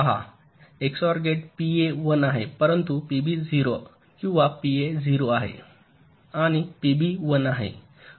पहा XOR gate PA 1 आहे परंतु पीबी 0 आहे किंवा पीए 0 आहे आणि पीबी 1 आहे